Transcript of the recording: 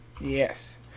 Yes